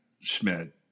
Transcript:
Schmidt